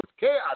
Chaos